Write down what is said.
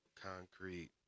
Concrete